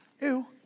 Ew